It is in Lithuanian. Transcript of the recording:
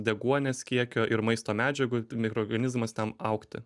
deguonies kiekio ir maisto medžiagų t mikroorganizmas ten augti